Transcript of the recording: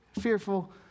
fearful